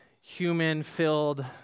human-filled